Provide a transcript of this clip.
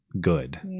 good